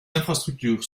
infrastructures